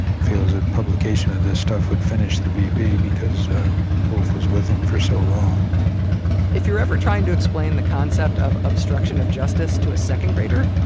feels the ah publication of this stuff would finish the vp, because wolff was with him for so long if you're ever trying to explain the concept of obstruction of justice to a second grader,